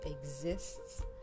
exists